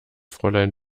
fräulein